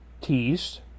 teased